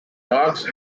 dogs